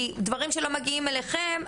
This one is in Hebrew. כי דברים שלא מגיעים אליכם,